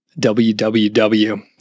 www